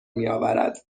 میاورد